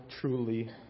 truly